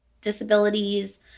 disabilities